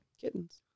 Kittens